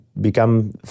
become